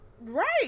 right